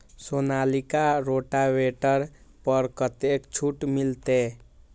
Sonalika rotavator पर कतेक छूट मिलते?